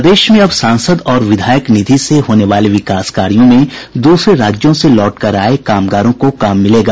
प्रदेश में अब सांसद और विधायक निधि से होने वाले विकास कार्यो में दूसरे राज्यों से लौटकर आये कामगारों को काम मिलेगा